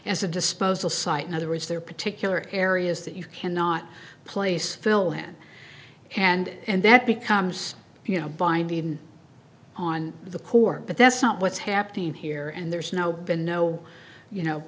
as a disposal site in other words there are particular areas that you cannot place phil han and that becomes you know binding on the court but that's not what's happening here and there's no been no you know